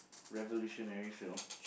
revolutionary film